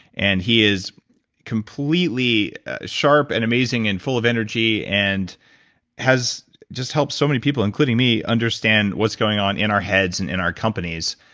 and he is completely sharp and amazing and full of energy and has just helped so many people, including me, understand what's going on in our heads and in our companies.